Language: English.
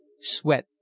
Sweat